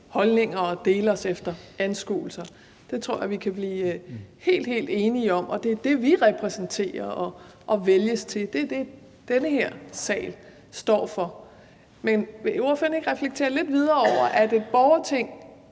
holdninger og dele os efter anskuelser. Det tror jeg vi kan blive helt enige om. Og det, vi repræsenterer, og som vi vælges til, er det, som den her sal står for. Men vil ordføreren ikke reflektere lidt videre over, at et borgerting